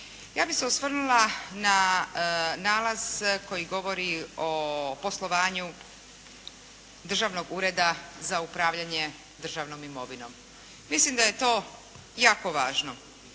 Ja bi se osvrnula na nalaz koji govori o poslovanju Državnog ureda za upravljanje državnom imovinom. Mislim da je to jako važno.